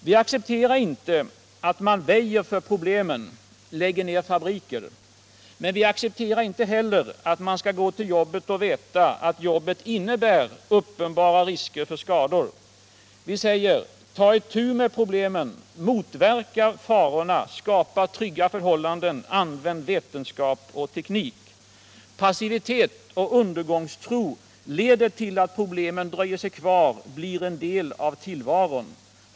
Vi accepterar inte att man väjer för problemen, lägger ner fabriker. Men vi accepterar inte heller att man skall gå till jobbet och veta att jobbet innebär uppenbara risker för skador. Vi säger: Ta itu med problemen, motverka farorna, skapa trygga förhållanden, använd vetenskap och teknik! Passivitet och undergångstro leder till att problemen dröjer sig kvar, blir en del av tillvaron.